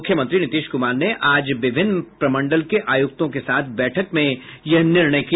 मुख्यमंत्री नीतीश कुमार ने आज विभिन्न प्रमंडल के आयुक्तों के साथ बैठक में यह निर्णय किया